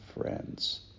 friends